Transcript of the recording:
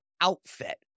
Outfit